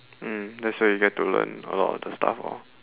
mm that's where you get to learn a lot of the stuff lor